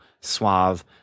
suave